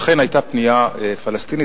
אכן היתה פנייה פלסטינית.